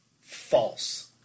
False